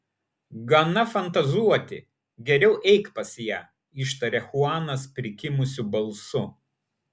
gana fantazuoti geriau eik pas ją ištaria chuanas prikimusiu balsu